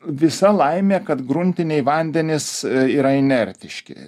visa laimė kad gruntiniai vandenys yra inertiški